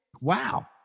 Wow